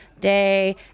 day